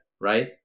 right